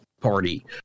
party